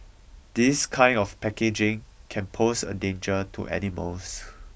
this kind of packaging can pose a danger to animals